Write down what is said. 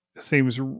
seems